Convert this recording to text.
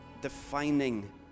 defining